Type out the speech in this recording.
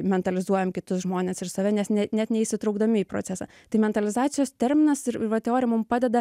mentalizuojam kitus žmones ir save nes ne net neįsitraukdami į procesą tai mentalizacijos terminas ir va teorija mum padeda